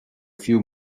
few